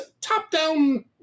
top-down